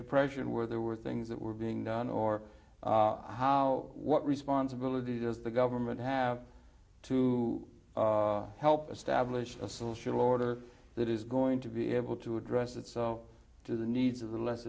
depression where there were things that were being done or how what responsibility does the government have to help establish a social order that is going to be able to address that so do the needs of the less